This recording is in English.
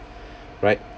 right